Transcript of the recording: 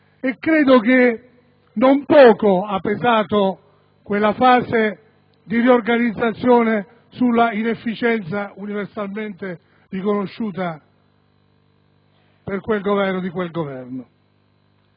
e credo che non poco abbia pesato quella fase di riorganizzazione sull'inefficienza universalmente riconosciuta di quel Governo.